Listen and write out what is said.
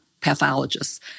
pathologists